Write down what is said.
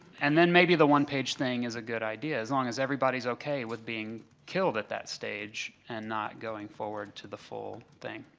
and then, maybe the one-page thing is a good idea, as long as everybody's ok with being killed at that stage and not going forward to the full thing.